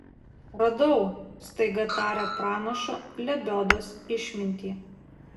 radau staiga tarė pranašo lebiodos išmintį